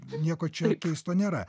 nieko čia keisto nėra